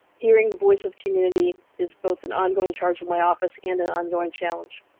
hearing the voice of community is both an ongoing charge in my office, and an ongoing challenge.